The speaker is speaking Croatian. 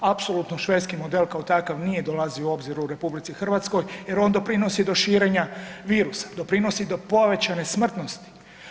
Apsolutno švedski model kao takav nije dolazio u obzir u RH jer on doprinosi do širenja virusa, doprinosi do povećane smrtnosti.